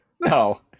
no